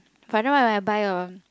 for example like when I buy a